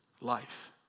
life